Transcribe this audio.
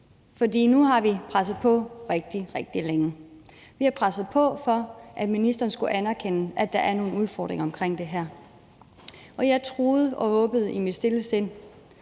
nu har vi presset på rigtig, rigtig længe. Vi har presset på for, at ministeren skulle anerkende, at der er nogle udfordringer omkring det her. Jeg troede og håbede i mit stille sind,